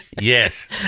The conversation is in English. yes